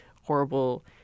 horrible